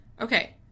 Okay